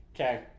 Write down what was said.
Okay